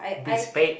big spade